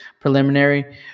preliminary